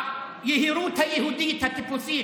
היהירות היהודית הטיפוסית,